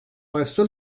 presso